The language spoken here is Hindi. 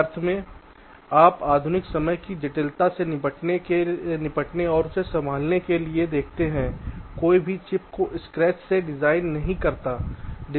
एक अर्थ में आप आधुनिक समय की जटिलता से निपटने और उसे संभालने के लिए देखते हैं कोई भी चिप्स को स्क्रैच से डिजाइन नहीं करता है